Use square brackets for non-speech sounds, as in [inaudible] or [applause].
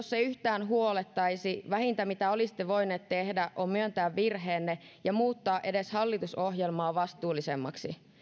[unintelligible] se yhtään huolettaisi vähintä mitä olisitte voineet tehdä on myöntää virheenne ja muuttaa edes hallitusohjelmaa vastuullisemmaksi